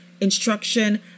instruction